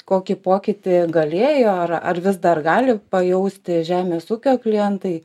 kokį pokytį galėjo ar ar vis dar gali pajausti žemės ūkio klientai